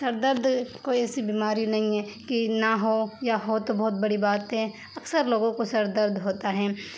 سر درد کوئی ایسی بیماری نہیں ہے کہ نہ ہو یا ہو تو بہت بڑی باتیں اکثر لوگوں کو سر درد ہوتا ہے